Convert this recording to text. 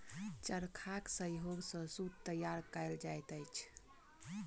चरखाक सहयोग सॅ सूत तैयार कयल जाइत अछि